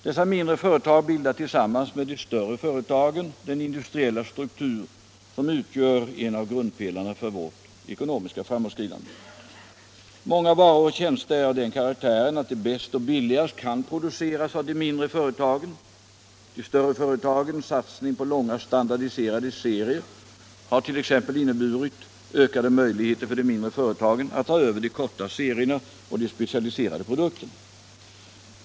Dessa mindre företag bildar tillsammans med de större företagen den industriella struktur som utgör en av grundpelarna för vårt ekonomiska framåtskridande. Många varor och tjänster är av den karaktären att de bäst och billigast kan produceras av de mindre företagen. De större företagens satsning på långa standardiserade serier har t.ex. inneburit ökade möjligheter för de mindre företagen att ta över de korta serierna och de specialiserade produkterna.